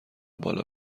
بالا